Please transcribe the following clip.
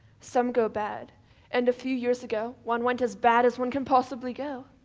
some go bad and a few years ago one went as bad as one can possibly go.